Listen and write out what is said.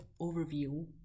overview